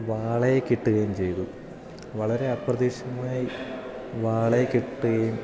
വാളയെ കിട്ടുകയും ചെയ്തു വളരെ അപ്രതീക്ഷിതമായി വാളയെ കിട്ടുകയും